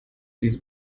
die